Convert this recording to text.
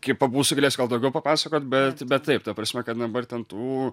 kai pabūsiu galėsiu gal daugiau papasakot bet bet taip ta prasme kad dabar ten tų